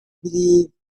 believe